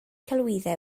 celwyddau